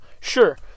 Sure